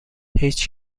هیچ